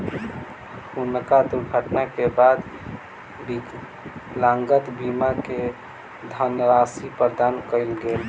हुनका दुर्घटना के बाद विकलांगता बीमा के धनराशि प्रदान कयल गेल